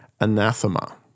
anathema